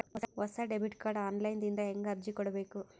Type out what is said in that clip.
ಹೊಸ debit card online ದಿಂದ ಹೇಂಗ ಅರ್ಜಿ ಕೊಡಬೇಕು?